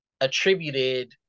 attributed